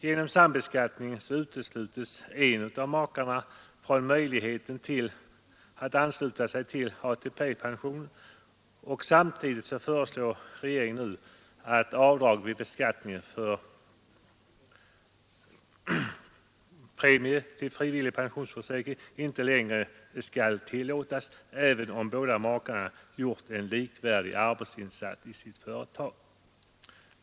Genom sambeskattningen utesluts en av makarna från möjligheten att ansluta sig till ATP-pensionssystemet. Samtidigt föreslår regeringen nu att avdrag vid beskattningen för premie till frivillig pensionsförsäkring inte längre skall tillåtas, även om båda makarna gjort en likvärdig arbetsinsats i sitt företag.